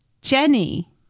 Jenny